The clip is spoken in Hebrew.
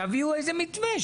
ותביאו איזה שהוא מתווה,